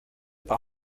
par